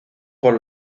por